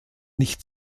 nicht